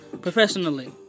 Professionally